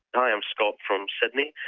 i'm scott from sydney.